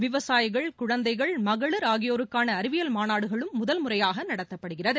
விவசாயிகள் குழந்தைகள் மகளிர் ஆகியோருக்கான அறிவியல் மாநாடுகளும் முதல் முறையாக நடத்தப்படுகிறது